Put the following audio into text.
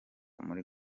muri